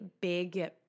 big